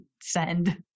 send